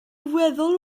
weddol